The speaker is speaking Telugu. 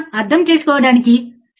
ఈ విధంగా మనకు 7